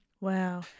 Wow